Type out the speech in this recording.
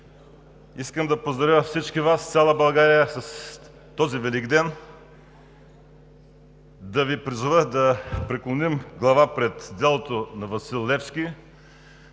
Искам да поздравя всички Вас, цяла България с този велик ден! Искам да Ви призова да преклоним глава пред делото на Васил Левски,